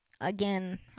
again